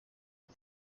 ati